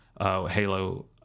Halo